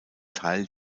teil